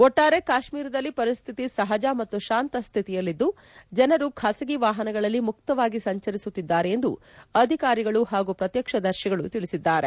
ಒಟ್ಪಾರೆ ಕಾಶ್ಮೀರದಲ್ಲಿ ಪರಿಸ್ತಿತಿ ಸಹಜ ಮತ್ತು ಶಾಂತ ಸ್ಥಿತಿಯಲ್ಲಿದ್ದು ಜನರು ಖಾಸಗಿ ವಾಹನಗಳಲ್ಲಿ ಮುಕ್ತವಾಗಿ ಸಂಚರಿಸುತ್ತಿದ್ದಾರೆ ಎಂದು ಅಧಿಕಾರಿಗಳು ಹಾಗೂ ಪ್ರತ್ಯಕ್ಷದರ್ಶಿಗಳು ತಿಳಿಸಿದ್ದಾರೆ